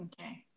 Okay